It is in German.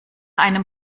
einem